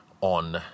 on